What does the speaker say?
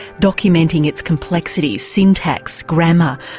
documenting its complexities syntax, grammar,